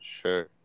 sure